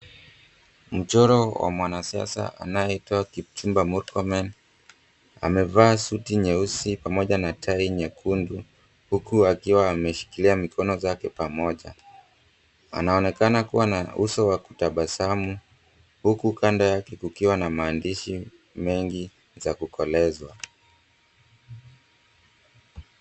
Mchoro wa mwanasiasa anayeitwa Kipchumba Murkomen, amevaa suti nyeusi pamoja na tai nyekundu, huku akiwa ameshikilia mikono zake pamoja. Anaonekana kuwa na uso wa kutabasamu, huku kando yake kukiwa na maandishi mengi za kukolezwa.